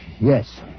Yes